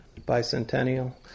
Bicentennial